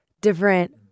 different